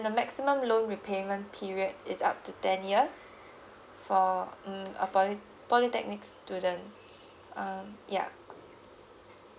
the maximum loan repayment period is up to ten years for mm a poly polytechnic student um yeah